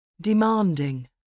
Demanding